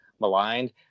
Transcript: maligned